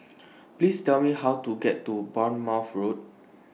Please Tell Me How to get to Bournemouth Road